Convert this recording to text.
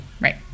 Right